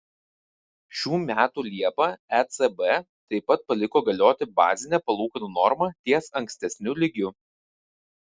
šių metų liepą ecb taip pat paliko galioti bazinę palūkanų normą ties ankstesniu lygiu